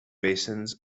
basins